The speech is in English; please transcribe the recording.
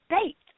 states